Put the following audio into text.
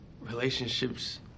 Relationships